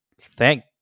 thank